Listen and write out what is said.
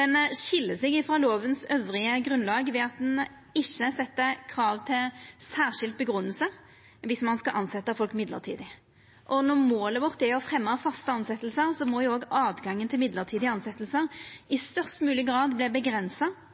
Det skil seg frå dei andre grunnlaga i loven ved at ein ikkje set krav til særskild grunngjeving dersom ein skal tilsetja folk mellombels. Når målet vårt er å fremja faste tilsetjingar, må òg åtgangen til mellombelse tilsetjingar i størst mogleg grad